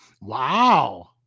Wow